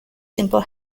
simple